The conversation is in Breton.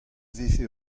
vefe